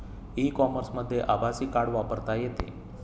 E कॉमर्समध्ये आभासी card वापरता येते